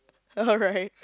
alright